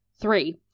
Three